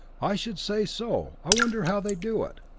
i should say so i wonder how they do it.